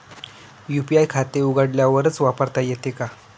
UPI हे खाते उघडल्यावरच वापरता येते का?